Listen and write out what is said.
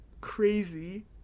crazy